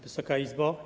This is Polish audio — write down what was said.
Wysoka Izbo!